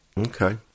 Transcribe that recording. okay